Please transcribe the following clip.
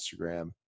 Instagram